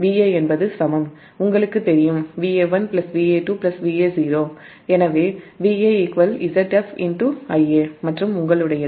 Va என்பது Va1 Va2 Va0 க்கு சமம் என்று உங்களுக்கு தெரியும்